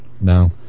No